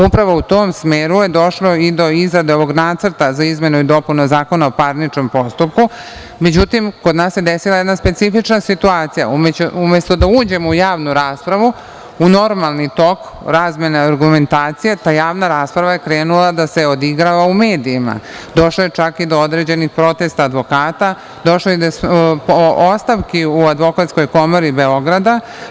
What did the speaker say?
Upravo u tom smeru je došlo i do izrade ovog nacrta za izmenu i dopunu Zakona o parničnom postupku, međutim, kod nas se desila jedna specifična situacija, umesto da uđemo u javnu raspravu, u normalni tok razmene argumentacije, ta javna rasprava je krenula da se odigrava u medijima, došlo je čak i do određenih protesta advokata, došlo je do ostavku u Advokatskoj komori Beograda.